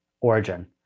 origin